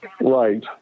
Right